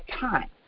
time